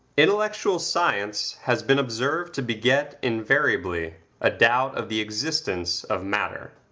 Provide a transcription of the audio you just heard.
intellectual science has been observed to beget invariably a doubt of the existence of matter.